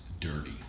dirty